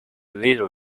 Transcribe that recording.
little